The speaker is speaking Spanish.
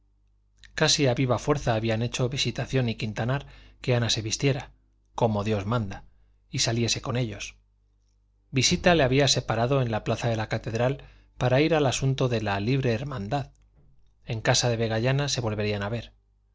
casi a viva fuerza habían hecho visitación y quintanar que ana se vistiera como dios manda y saliese con ellos visita se había separado en la plaza de la catedral para ir al asunto de la libre hermandad en casa de vegallana se volverían a ver